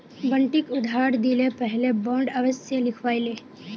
बंटिक उधार दि ल पहले बॉन्ड अवश्य लिखवइ ले